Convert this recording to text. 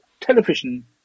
television